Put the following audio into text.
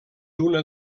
una